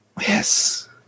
Yes